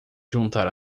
juntar